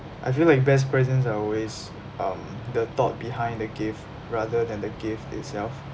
I feel like best presents are always um the thought behind the gift rather than the gift itself